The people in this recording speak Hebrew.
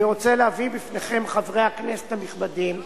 אני רוצה להביא בפניכם, חברי הכנסת הנכבדים,